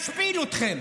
משפיל אתכם,